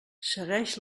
segueix